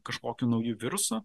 kažkokiu nauju virusu